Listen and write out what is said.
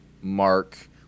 Mark